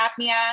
apnea